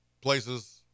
places